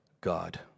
God